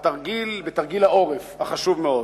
בתרגיל העורף החשוב מאוד.